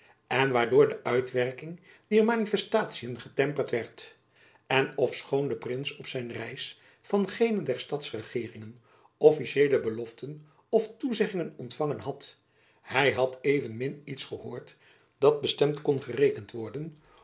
en waardoor de uitwerking dier manifestatiën getemperd werd en ofschoon de prins op zijn reis van geene der stadsregeeringen officieele beloften of toezeggingen ontfangen had hy had evenmin iets gehoord dat bestemd kon gerekend worden